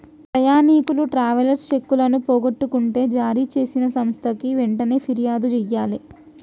ప్రయాణీకులు ట్రావెలర్స్ చెక్కులను పోగొట్టుకుంటే జారీచేసిన సంస్థకి వెంటనే పిర్యాదు జెయ్యాలే